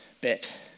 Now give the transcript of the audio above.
bit